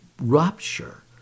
rupture